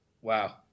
Wow